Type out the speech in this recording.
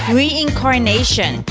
reincarnation